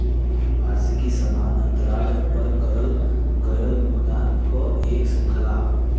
वार्षिकी समान अंतराल पर करल गयल भुगतान क एक श्रृंखला हौ